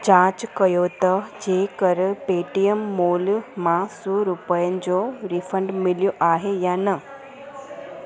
जांच करियो त जेकर पेटीएम माॅल मां सौ रुपयनि जो रीफंड मिलियो आहे या न